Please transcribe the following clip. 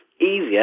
easier